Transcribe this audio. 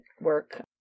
work